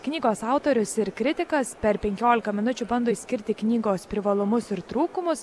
knygos autorius ir kritikas per penkiolika minučių bando išskirti knygos privalumus ir trūkumus